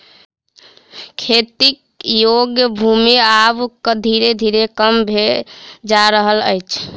खेती योग्य भूमि आब धीरे धीरे कम भेल जा रहल अछि